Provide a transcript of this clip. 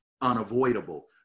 unavoidable